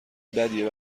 بدیه